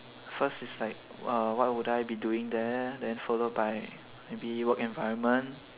first is like uh what would I be doing there then followed by maybe work environment